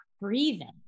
breathing